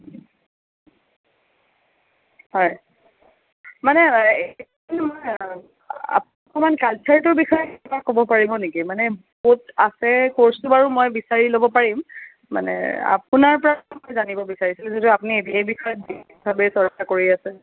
হয় মানে এইখন অকণমান কালচাৰটোৰ বিষয়ে কিবা ক'ব পাৰিব নেকি মানে ক'ত আছে ক'ৰ্চটো বাৰু মই বিচাৰি ল'ব পাৰিম মানে আপোনাৰ পৰা মই জানিব বিচাৰিছিলোঁ যিহেতু আপুনি এই এই বিষয়ত বিশেষভাৱে চৰ্চা কৰি আছে